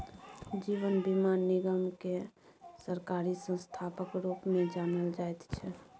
जीवन बीमा निगमकेँ सरकारी संस्थाक रूपमे जानल जाइत छै